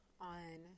on